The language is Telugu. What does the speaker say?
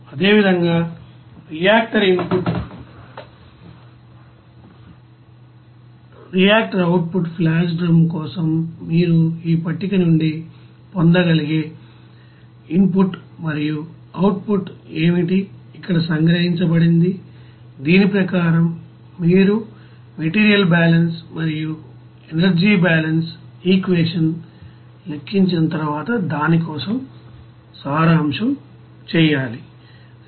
అదే విధంగా reactor input reactor output flash drum కోసం మీరు ఈ పట్టిక నుండి పొందగలిగే ఇన్పుట్ మరియు అవుట్పుట్ ఏమిటి ఇక్కడ సంగ్రహించబడింది దీని ప్రకారం మీరు మెటీరియల్ బాలన్స్ మరియు ఎనర్జీ బాలన్స్ ఈక్వేషన్ లెక్కించిన తరువాత దాని కోసం సారాంశం చేయాలి